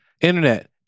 internet